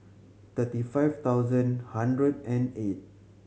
thirty five thousand hundred and eight